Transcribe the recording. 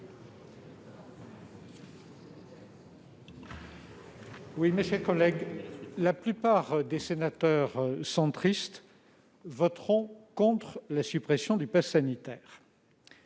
La plupart des sénateurs centristes voteront contre la suppression du passe sanitaire.